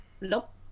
Nope